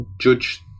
judge